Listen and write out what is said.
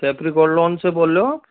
capital Gold loan से बोल रहे हो आप